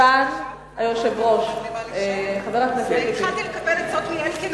סגן היושב-ראש, התחלתי לקבל עצות מאלקין.